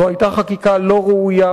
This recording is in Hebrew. זאת היתה חקיקה לא ראויה,